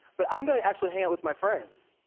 but i'm gonna actually hang out with my friends.